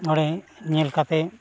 ᱚᱸᱰᱮ ᱧᱮᱞ ᱠᱟᱛᱮᱫ